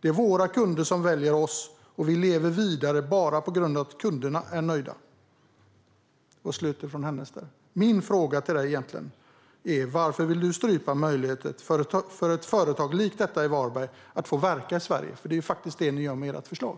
Det är våra kunder som väljer oss, och vi lever vidare bara på grund av att kunderna är nöjda. Fru talman! Min fråga till Ardalan Shekarabi är: Varför vill du strypa möjligheten för ett företag, likt detta i Varberg, att få verka i Sverige? Det är det ni gör med ert förslag.